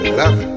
love